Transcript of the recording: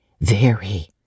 Very